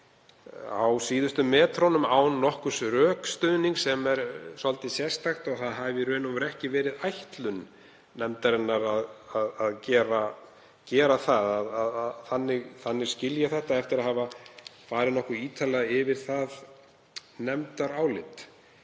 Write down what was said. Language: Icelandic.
á síðustu metrunum án nokkurs rökstuðnings, sem er svolítið sérstakt, og eins og það hafi í raun og veru ekki verið ætlun nefndarinnar að gera það. Þannig skil ég það eftir að hafa farið nokkuð ítarlega yfir það nefndarálit.